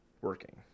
working